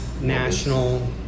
national